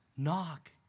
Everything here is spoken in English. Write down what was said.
Knock